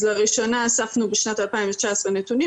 אז לראשונה, אספנו בשנת 2019 נתונים.